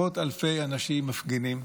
עשרות אלפי אנשים מפגינים.